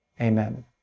Amen